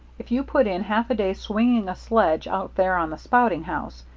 if you put in half a day swinging a sledge out there on the spouting house,